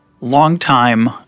longtime